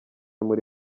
muri